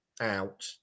Out